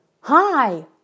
Hi